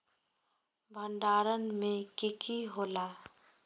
भण्डारण में की की होला?